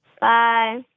Bye